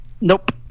Nope